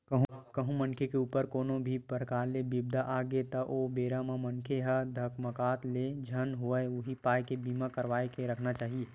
कहूँ मनखे के ऊपर कोनो भी परकार ले बिपदा आगे त ओ बेरा म मनखे ह धकमाकत ले झन होवय उही पाय के बीमा करवा के रखना चाही